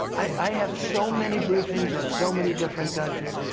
i have so many briefings on so many different countries,